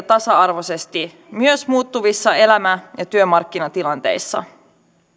tasa arvoisesti myös muuttuvissa elämän ja työmarkkinatilanteissa